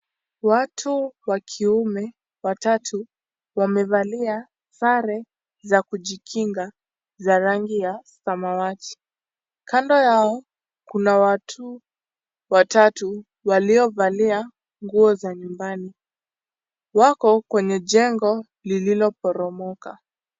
Watu wa kiume watatu, wamevalia sare za kujikinga za rangi ya samawati. kando yao kuna watu watatu waliovalia nguo za nyumbani. wako kwenye jengo lililoporomoka.